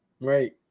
Right